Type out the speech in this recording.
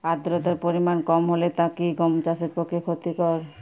আর্দতার পরিমাণ কম হলে তা কি গম চাষের পক্ষে ক্ষতিকর?